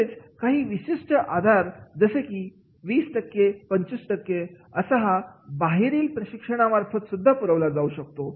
तसेच काही विशिष्ट आधार जसे की 20 25 हा बाहेरील प्रशिक्षणा मार्फत पुरवला जाऊ शकतो